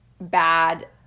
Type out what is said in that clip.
bad